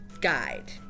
guide